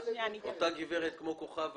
אותה גברת כמו כוכבה,